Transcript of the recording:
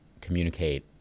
communicate